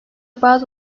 bazı